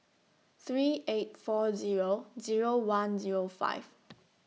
three eight four Zero Zero one Zero five